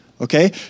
okay